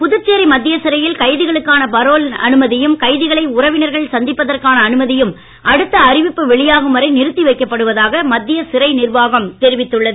புதுச்சேரி மத்திய சிறையில் கைதிகளுக்கான பரோல் அனுமதியும் கைதிகளை உறவினர்கள் சந்திப்பதற்கான அனுமதியும் அடுத்த அறிவிப்பு வெளியாகும் வரை நிறுத்தி வைக்கப்படுவதாக மத்திய சிறை நிர்வாகம் தெரிவித்துள்ளது